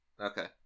Okay